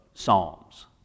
Psalms